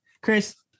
Chris